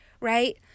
right